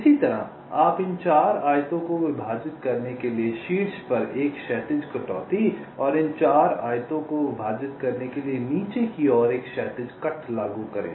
इसी तरह आप इन 4 आयतों को विभाजित करने के लिए शीर्ष पर एक क्षैतिज कटौती और इन 4 आयतों को विभाजित करने के लिए नीचे की ओर एक क्षैतिज कट लागू करें